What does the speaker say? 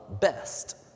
best